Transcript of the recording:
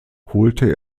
holte